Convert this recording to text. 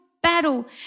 battle